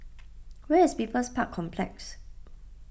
where is People's Park Complex